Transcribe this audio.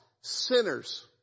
sinners